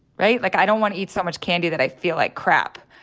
right? like, i don't want to eat so much candy that i feel like crap.